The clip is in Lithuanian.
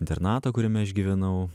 internato kuriame aš gyvenau